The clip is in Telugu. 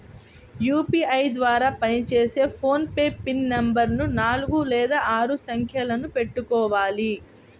యూపీఐ ద్వారా పనిచేసే ఫోన్ పే పిన్ నెంబరుని నాలుగు లేదా ఆరు సంఖ్యలను పెట్టుకోవాలి